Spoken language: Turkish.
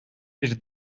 bir